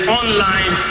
online